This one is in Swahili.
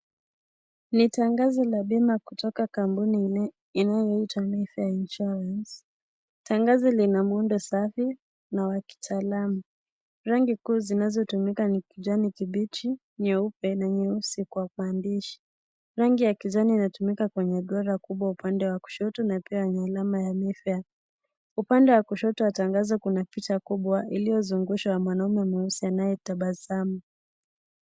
Niatangazo la bima kutoka Kampuni inayoitwa (cs) mayfair Insurance (cs) tangazo lina muundo safi na wa kitaalamu rangi kuu zinazotumika ni kijani kibichi nyeupe na nyeusi kwa uandishi rangi ya kijani inatumika kwenye duara kubwa upande wa kushoto na pia yenye alama ya Mayfair upande wa kushoto wa tangazo Kuna picha kubwa iliyozungushwa mwanaume mweusi anayetabasamu.